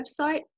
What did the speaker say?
website